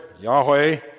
Yahweh